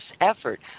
effort